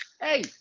hey